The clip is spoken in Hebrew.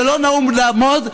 זה לא נהוג לעמוד,